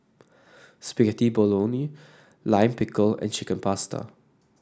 Spaghetti Bolognese Lime Pickle and Chicken Pasta